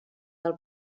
del